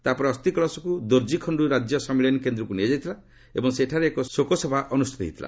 ତାପରେ ଅସ୍ଥି କଳସକୁ ଦୋର୍ଜିଖଣ୍ଡୁ ରାଜ୍ୟ ସମ୍ମିଳନୀ କେନ୍ଦ୍ରକୁ ନିଆଯାଇଥିଲା ଏବଂ ସେଠାରେ ଏକ ଶୋକ ସଭା ଅନୁଷ୍ଠିତ ହୋଇଥିଲା